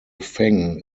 feng